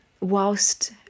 whilst